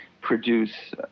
produce